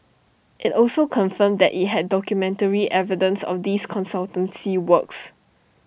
IT also confirmed that IT had documentary evidence of these consultancy works